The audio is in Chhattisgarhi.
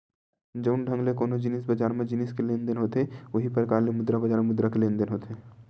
जउन ढंग ले कोनो जिनिस बजार म जिनिस के लेन देन होथे उहीं परकार ले मुद्रा बजार म मुद्रा के लेन देन होथे